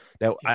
Now